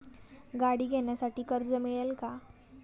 गाडी घेण्यासाठी कर्ज मिळेल का?